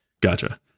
Gotcha